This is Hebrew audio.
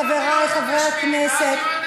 חברי חברי הכנסת,